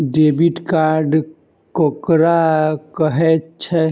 Debit card ककरा कहै छै?